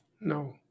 no